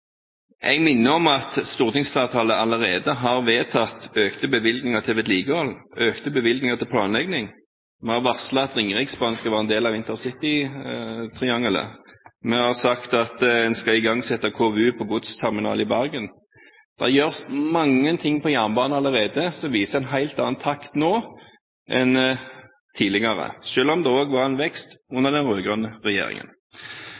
Jeg minner om at stortingsflertallet allerede har vedtatt økte bevilgninger til vedlikehold og økte bevilgninger til planlegging. Vi har varslet at Ringeriksbanen skal være en del av intercitytriangelet. Vi har sagt at en skal igangsette KVU på godsterminalen i Bergen. Det gjøres mange ting på jernbane allerede som viser en helt annen takt nå enn tidligere, selv om det også var vekst under den rød-grønne regjeringen.